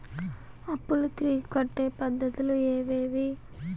అప్పులు తిరిగి కట్టే పద్ధతులు ఏవేవి